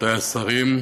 רבותי השרים,